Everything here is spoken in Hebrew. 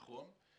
נכון.